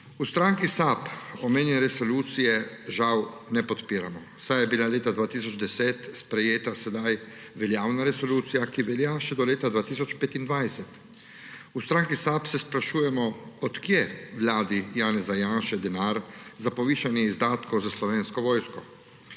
V SAB omenjene resolucije žal ne podpiramo, saj je bila leta 2010 sprejeta sedaj veljavna resolucija, ki velja še do leta 2025. V SAB se sprašujemo, od kod vladi Janeza Janše denar za povišanje izdatkov za Slovensko vojsko.